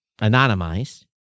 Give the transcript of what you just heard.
anonymized